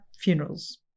funerals